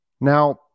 Now